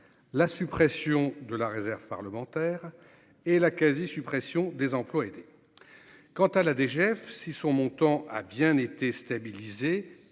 la suppression de la réserve parlementaire et la quasi-suppression des emplois aidés, quant à la DGF si son montant a bien été stabilisée